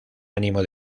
ánimo